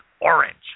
orange